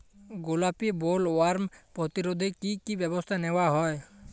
গোলাপী বোলওয়ার্ম প্রতিরোধে কী কী ব্যবস্থা নেওয়া হয়?